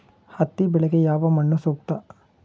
ಹತ್ತಿ ಬೆಳೆಗೆ ಯಾವ ಮಣ್ಣು ಸೂಕ್ತ?